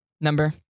number